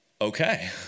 okay